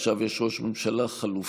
עכשיו יש ראש ממשלה חלופי,